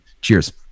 Cheers